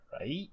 right